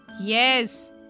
Yes